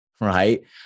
right